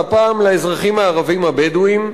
והפעם לאזרחים הערבים הבדואים.